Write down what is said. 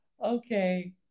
Okay